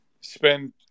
spend